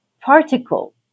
particle